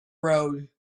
road